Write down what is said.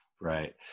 Right